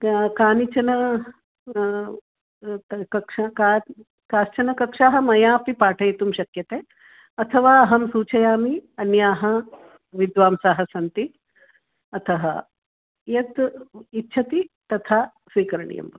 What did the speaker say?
आ काश्चन कक्षाः का काश्चन कक्षाः मयापि पाठयितुं शक्यते अथवा अहं सूचयामि अन्याः विद्वांसाः सन्ति अतः यत् इच्छति तथा स्वीकरणीयं भवति